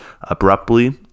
abruptly